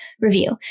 review